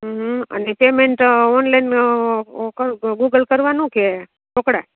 હં હમ અને પેમેન્ટ ઓનલાઇન કરું તો ગૂગલ કરવાનું કે રોકડા